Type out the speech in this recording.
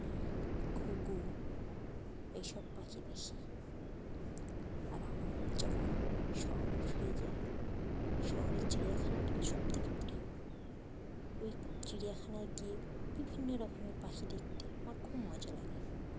ঘুঘু এইসব পাখি দেখি আর আমার যখন শহরে ফিরে যাই শহরের চিড়িয়াখানাটা আমার সবথেকে প্রিয় ওই চিড়িয়াখানায় গিয়ে বিভিন্ন রকমের পাখি দেখতে আমার খুব মজা লাগে